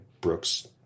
Brooks